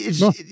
no